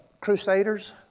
Crusaders